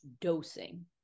dosing